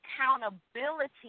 accountability